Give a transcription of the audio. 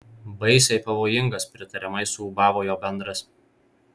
baisiai pavojingas pritariamai suūbavo jo bendras